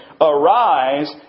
Arise